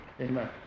Amen